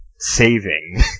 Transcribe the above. saving